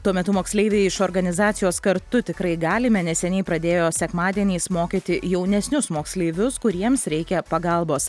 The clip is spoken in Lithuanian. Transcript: tuo metu moksleiviai iš organizacijos kartu tikrai galime neseniai pradėjo sekmadieniais mokyti jaunesnius moksleivius kuriems reikia pagalbos